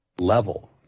level